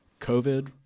COVID